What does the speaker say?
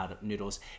noodles